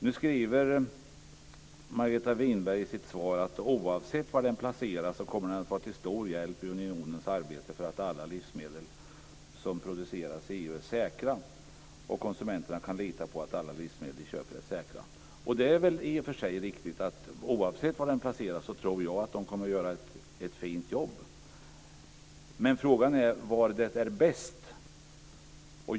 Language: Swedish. Nu skriver Margareta Winberg i sitt svar: "Oavsett var den placeras kommer den att vara till stor hjälp i unionens arbete för att alla livsmedel som produceras i EU är säkra och att konsumenterna kan lita på att alla livsmedel de köper är säkra." Det är i och för sig riktigt. Oavsett var den placeras tror jag att den kommer att göra ett fint jobb. Men frågan är var det är bäst.